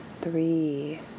three